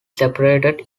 separated